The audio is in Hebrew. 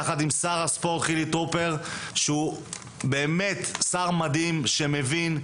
יחד עם שר הספורט חילי טרופר שהוא באמת שר מדהים שמבין,